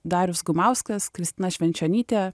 darius gumauskas kristina švenčionytė